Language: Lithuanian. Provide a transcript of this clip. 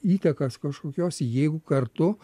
įtakos kažkokios jeigu kartu